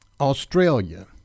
Australia